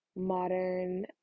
modern